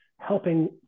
helping